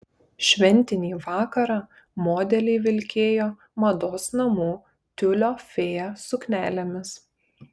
šventinį vakarą modeliai vilkėjo mados namų tiulio fėja suknelėmis